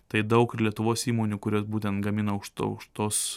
tai daug ir lietuvos įmonių kurios būtent gamina aukšto aukštos